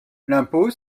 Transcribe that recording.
l’impôt